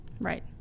right